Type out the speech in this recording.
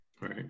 Right